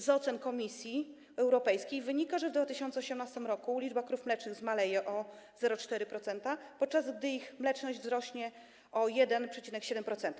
Z ocen Komisji Europejskiej wynika, że w 2018 r. liczba krów mlecznych zmaleje o 0,4%, podczas gdy ich mleczność wzrośnie o 1,7%.